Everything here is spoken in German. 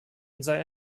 sei